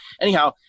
Anyhow